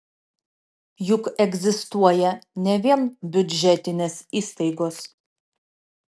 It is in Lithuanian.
juk egzistuoja ne vien biudžetinės įstaigos